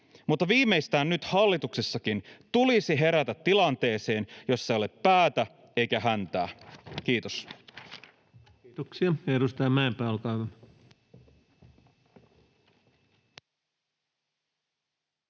mutta viimeistään nyt hallituksessakin tulisi herätä tilanteeseen, jossa ei ole päätä eikä häntää. — Kiitos. [Speech 150] Speaker: